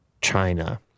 China